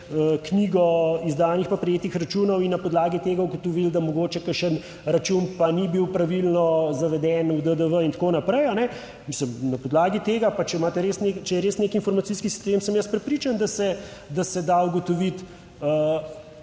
knjigo izdanih pa prejetih računov in na podlagi tega ugotovili, da mogoče kakšen račun pa ni bil pravilno zaveden v DDV in tako naprej, mislim, na podlagi tega, pa če imate res, če je res nek informacijski sistem, sem jaz prepričan, da se da se da ugotoviti,